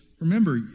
Remember